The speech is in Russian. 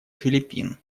филиппин